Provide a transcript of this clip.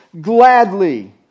gladly